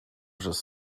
przez